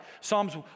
Psalms